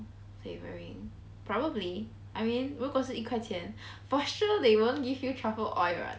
flavoring probably I mean because 如果是一块钱 for sure they won't give you truffle oil what